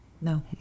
No